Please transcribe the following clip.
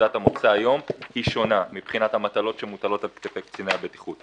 מנקודת המוצא היום היא שונה מבחינת המטלות שמוטלות על קציני הבטיחות.